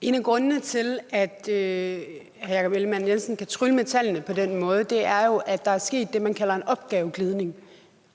En af grundene til, at hr. Jakob Ellemann-Jensen kan trylle med tallene på den måde, er jo, at der er sket det, man kalder en opgaveglidning,